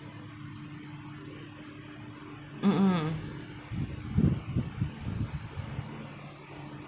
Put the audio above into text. mm mm